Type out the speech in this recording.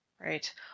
Right